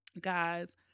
guys